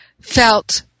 felt